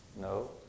No